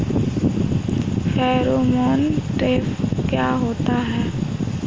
Pheromone trap क्या होता है?